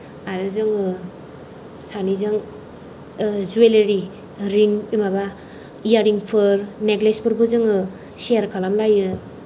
आरो जोङो सानैजों जुवेलेरि रिं माबा इयारिंफोर नेकलेस फोरबो जोङो शेयार खालामलायलायो